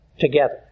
together